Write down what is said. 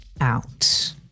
out